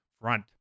Front